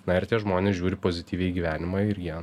na ir tie žmonės žiūri pozityviai į gyvenimą ir jie